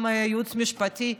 גם ייעוץ משפטי.